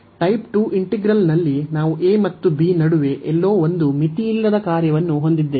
type 2 ಇಂಟಿಗ್ರಲ್ನಲ್ಲಿ ನಾವು a ಮತ್ತು b ನಡುವೆ ಎಲ್ಲೋ ಒಂದು ಮಿತಿಯಿಲ್ಲದ ಕಾರ್ಯವನ್ನು ಹೊಂದಿದ್ದೇವೆ